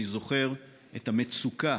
אני זוכר את המצוקה